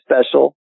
special